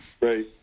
right